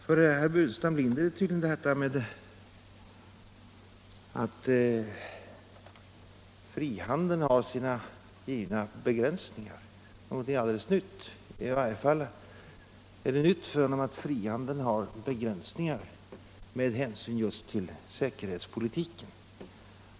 För herr Burenstam Linder är tydligen detta att frihandeln har sina givna begränsningar något alldeles nytt. I varje fall är det nytt för honom att frihandeln har begränsningar med hänsyn just till säkerhetspolitiken.